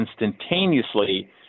instantaneously